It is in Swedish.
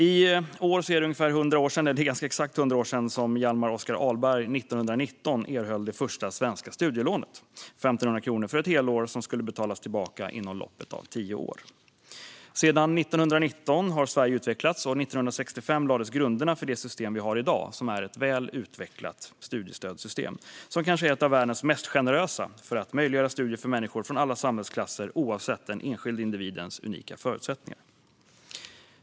I år är det exakt 100 år sedan Hjalmar Oskar Ahlberg 1919 erhöll det första svenska studielånet. Det var 1 500 kronor för ett helår som skulle betalas tillbaka inom loppet av tio år. Sedan 1919 har Sverige utvecklats. År 1965 lades grunderna för det system vi har i dag, som är ett väl utvecklat studiestödssystem. Det är kanske ett av världens mest generösa för att möjliggöra studier för människor från alla samhällsklasser oavsett den enskilde individens unika förutsättningar.